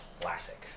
classic